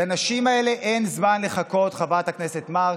לנשים האלה אין זמן לחכות, חברת הכנסת מארק,